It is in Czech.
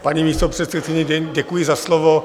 Paní místopředsedkyně, děkuji za slovo.